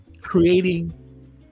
creating